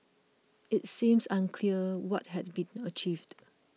it seems unclear what had been achieved